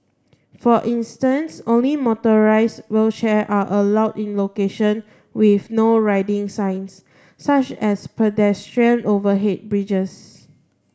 for instance only motorised wheelchair are allowed in location with No Riding signs such as pedestrian overhead bridges